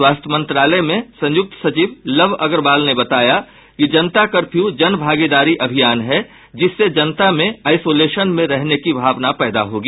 स्वास्थ्य मंत्रालय में संयुक्त सचिव लव अग्रवाल ने बताया कि जनता कर्फ्यू जनभागीदारी अभियान है जिससे जनता में आइसोलेशन में रहने की भावना पैदा होगी